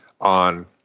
on